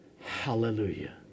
Hallelujah